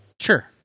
Sure